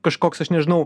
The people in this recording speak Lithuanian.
kažkoks aš nežinau